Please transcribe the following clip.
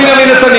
אין לו קשר,